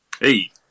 Hey